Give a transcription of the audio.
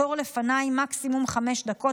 התור לפניי מקסימום חמש דקות,